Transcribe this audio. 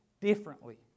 differently